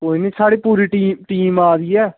कोई निं सारी पूरी टीम आवा दी ऐ